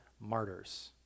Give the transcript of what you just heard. martyrs